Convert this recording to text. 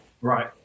Right